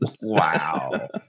wow